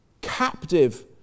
captive